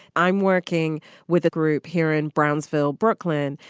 i'm working with a group here in brownsville, brooklyn,